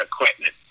equipment